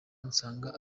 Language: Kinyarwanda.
nsanga